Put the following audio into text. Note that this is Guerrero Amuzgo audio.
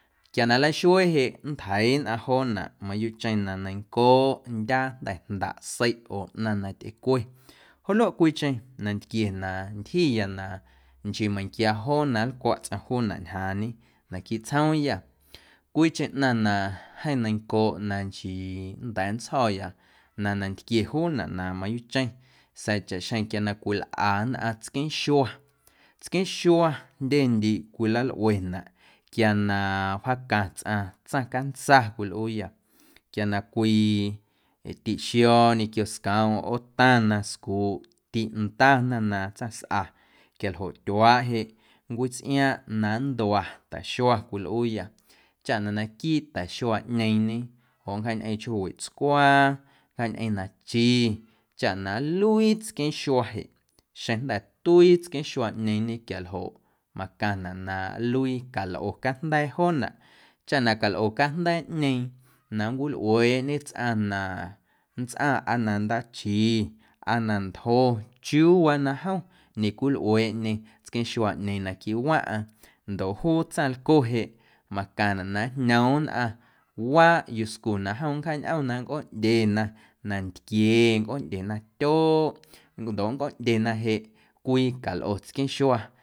Quia na nleixuee jeꞌ nntjeiiꞌ nnꞌaⁿ joonaꞌ mayuuꞌcheⁿ na neiⁿncooꞌ ndyaa jnda̱ jndaꞌ seiꞌ oo ꞌnaⁿ na tyꞌecwe joꞌ luaꞌ cwiicheⁿ nantquie na ntyjiya na nchii meiⁿnquia joo na nlcwaꞌ tsꞌaⁿ juunaꞌ ñjaaⁿñe naquiiꞌ tsjoomyâ. Cwiicheⁿ ꞌnaⁿ na jeeⁿ neiⁿncooꞌ na nchii nnda̱a̱ ntsjo̱ya na nantquie juunaꞌ na mayuuꞌcheⁿ sa̱a̱ chaꞌxjeⁿ quia na cwilꞌa nnꞌaⁿ tsqueeⁿxua, tsqueeⁿxua jndyendiiꞌ cwilalꞌuenaꞌ quia na wjaaca tsꞌaⁿ tsaⁿcantsa cwilꞌuuyâ quia na cwii tiꞌxio̱o̱ ñequio scoomꞌm ꞌootaⁿna scuuꞌ tiꞌndana na tsaⁿsꞌa quiajoꞌ tyuaaꞌ jeꞌ nncwitsꞌiaaⁿꞌ na nndua ta̱xua cwilꞌuuyâ chaꞌ na naquiiꞌ ta̱xuaꞌñeeⁿñe joꞌ nncjaañꞌeⁿ chjoowiꞌ tscwaa, nncjaañꞌeⁿ nachi chaꞌ na nluii tsqueeⁿxua jeꞌ xjeⁿ jnda̱ tuii tsqueeⁿxuaꞌñeeⁿñe quiajoꞌ macaⁿnaꞌ na nluii calꞌo cajnda̱a̱ joonaꞌ chaꞌ na calꞌo cajnda̱a̱ꞌñeeⁿ na nncwilꞌueeꞌñe tsꞌaⁿ na nntsꞌaⁿ aa na ndaachi aa na ntjo chiuuwaa na jom ñecwilꞌueeꞌñe tsqueeⁿxuaꞌñeeⁿ naquiiꞌ waⁿꞌaⁿ ndoꞌ juu tsaⁿlco jeꞌ macaⁿnaꞌ na njñoom nnꞌaⁿ waaꞌ yuscu na jom nncjaañꞌom na nncꞌooꞌndyena nantquie, nncꞌooꞌndyena tyooꞌ ndoꞌ nncꞌooꞌndyena jeꞌ cwii calꞌo tsqueeⁿxua.